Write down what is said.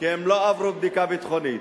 כי הם לא עברו בדיקה ביטחונית.